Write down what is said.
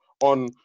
On